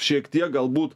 šiek tiek galbūt